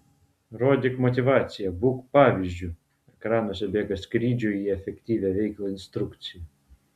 rodyk motyvaciją būk pavyzdžiu ekranuose bėga skrydžio į efektyvią veiklą instrukcija